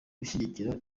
gushyikira